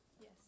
Yes